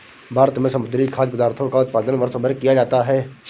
भारत में समुद्री खाद्य पदार्थों का उत्पादन वर्षभर किया जाता है